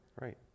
Right